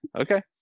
Okay